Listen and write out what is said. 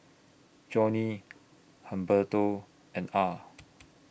Johnny Humberto and Ah